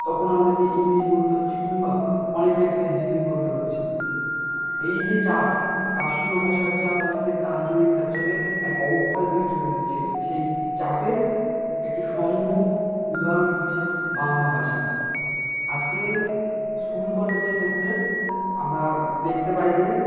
তখন আমাদেরকে ইংলিশ বলতে হচ্ছে কিংবা অনেক ক্ষেত্রে হিন্দি বলতে হচ্ছে এই যে চাপ রাষ্ট্রীয় ভাষার চাপ অনেক ক্ষেত্রে আঞ্চলিক ভাষাকে এক অবক্ষয়ের দিকে ঠেলে দিচ্ছে সেই চাপের একটি সমূহ উদাহরণ হচ্ছে বাংলা ভাষা আজকে স্কুল কলেজের ক্ষেত্রে আমরা দেখতে পাই যে